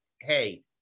hey